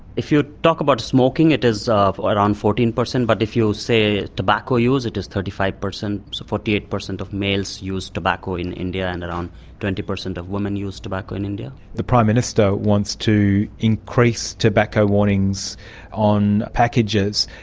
if you talk about smoking, it is around but fourteen percent, but if you say tobacco use it is thirty five percent, so forty eight percent of males used tobacco in india, and around twenty percent of women used tobacco in india. the prime minister wants to increase tobacco warnings on packages.